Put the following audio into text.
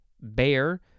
bear